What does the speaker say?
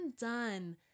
done